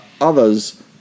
others